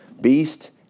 beast